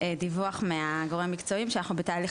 דיווח מהגורמים המקצועיים שאנחנו בתהליך